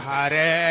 Hare